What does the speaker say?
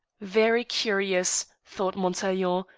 very curious, thought montaiglon,